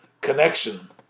connection